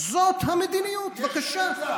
יש אמצע.